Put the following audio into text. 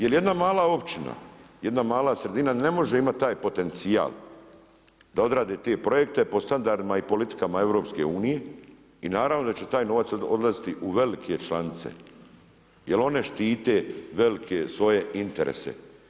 Jer jedna mala općina, jedna mala sredina ne može imati taj potencijal da odrade te projekte po standardima i politikama EU i naravno da će taj novac odlaziti u velike članice jer one štite velike svoje interese.